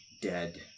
dead